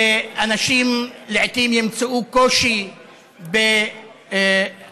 ואנשים לעיתים יימצאו בקושי בחג,